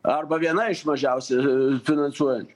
arba viena iš mažiausių finansuojančių